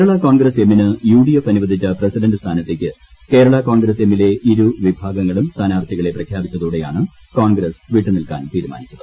കേരളാ കോൺഗ്രസ് എമ്മിന് യുഡിഎഫ് അനുവദ്ദിച്ചു പ്ര്സിഡന്റ് സ്ഥാനത്തേക്ക് കേരളാ കോൺഗ്രസ് എമ്മിലെ എച്ചുക്ക് വിഭാഗങ്ങളും സ്ഥാനാർത്ഥികളെ പ്രഖ്യാപിച്ചതോടെയാണ് ക്ടോൺഗ്രസ് വിട്ടു നിൽക്കാൻ തീരുമാനിച്ചത്